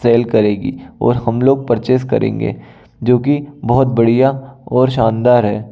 cell करेगी और हम लोग परचेस करेंगे जो कि बहुत बढ़िया और शानदार है